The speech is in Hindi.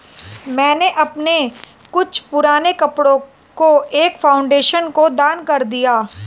मैंने अपने कुछ पुराने कपड़ो को एक फाउंडेशन को दान कर दिया